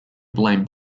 blame